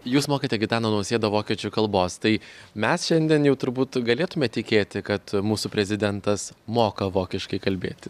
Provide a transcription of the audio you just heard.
jūs mokėte gitaną nausėdą vokiečių kalbos tai mes šiandien jau turbūt galėtume tikėti kad mūsų prezidentas moka vokiškai kalbėti